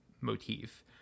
motif